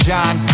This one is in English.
John